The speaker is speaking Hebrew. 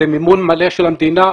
זה מימון מלא של המדינה.